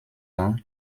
ans